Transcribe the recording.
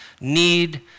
need